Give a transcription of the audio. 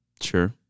Sure